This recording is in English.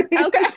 Okay